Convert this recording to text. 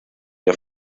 der